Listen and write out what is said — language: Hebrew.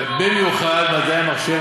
במיוחד מדעי המחשב,